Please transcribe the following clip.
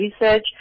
research